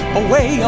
away